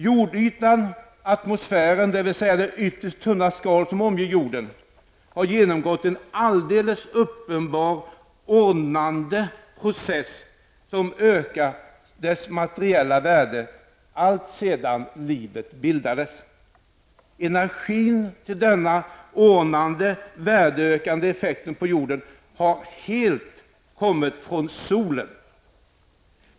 Jordytan och atmosfären, dvs. det ytterst tunna skal som omger jorden, har genomgått en alldeles uppenbar ordnande process som ökat dess materiella värde alltsedan livet uppkom. Energin till den ordnande och värdeökande effekten på jorden har helt kommit från solen.